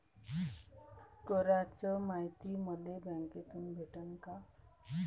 कराच मायती मले बँकेतून भेटन का?